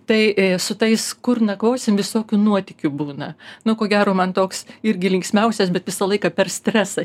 tai su tais kur nakvosim visokių nuotykių būna nu ko gero man toks irgi linksmiausias bet visą laiką per stresą